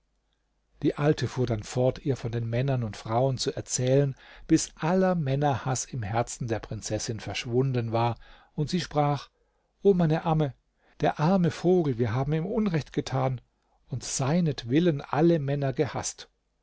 die alte fuhr dann fort ihr von den männern und frauen zu erzählen bis aller männerhaß im herzen der prinzessin verschwunden war und sie sprach o meine amme der arme vogel wir haben ihm unrecht getan und seinetwillen alle männer gehaßt